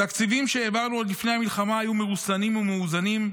התקציבים שהעברנו עוד לפני המלחמה היו מרוסנים ומאוזנים.